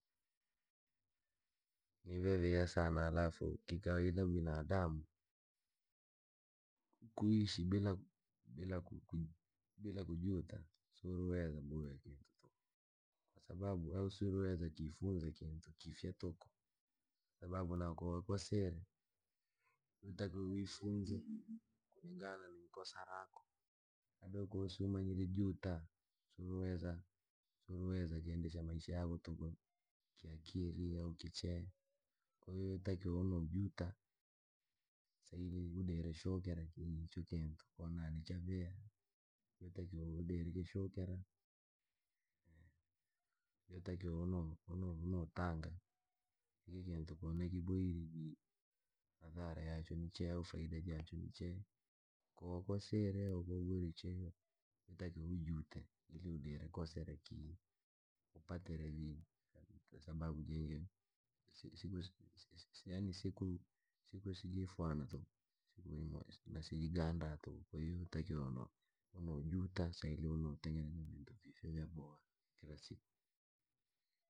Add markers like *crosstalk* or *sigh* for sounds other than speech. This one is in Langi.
Ni vyaviha sana halafu kikawaida binadamu *hesitation* kuishi bila bila bila kujuta, si uriweza booya kintu. Kwasababu, siuriweza kiifunza kiintu kiifya tunku sababu na ko wakosire yotakiwa wafunze kulingana ni ikosa raako labda kuhusu ma bila juta. Siuriweza kendesha maisha yako tuku kiakiri au kichee ko yotakiwa uno juta saili udire shukira kii icho kiintu na ni chaviha yotakiwa udire kishukira *silence* yotakiwa uno taanga iki kiintu ye nakiboirye jii madhara yaachwe ni chee au faida jachwe ni chee kowakosire au ko waboirye che yotakiwa ujute ili udire kosera kii upatire vii sababu siku siku sijifana sijifunza tuuku na sijanganda tuuku yotakiwa unajuta ili unotengeneza viintu vintu vifya vya boha kila siku.